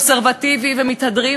קונסרבטיבי ומתהדרים,